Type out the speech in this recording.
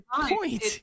point